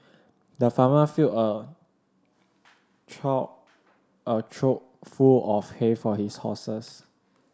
the farmer filled a a trough full of hay for his horses